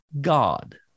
God